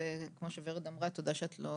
וכמו שוורד אמרה תודה שאת לא